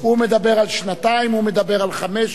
הוא מדבר על שנתיים, הוא מדבר על חמש.